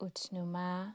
Utnuma